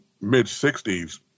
mid-60s